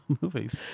movies